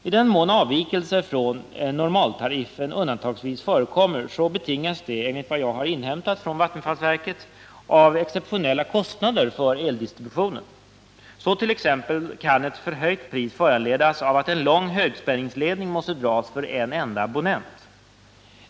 I den mån avvikelser från normaltariffen undantagsvis förekommer betingas detta, enligt vad jag har inhämtat från vattenfallsverket, av exceptionella kostnader för eldistributionen. Således kan t.ex. ett förhöjt pris föranledas av att en lång högspänningsledning måste dras för en enda abonnent.